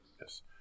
yes